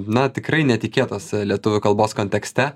na tikrai netikėtos lietuvių kalbos kontekste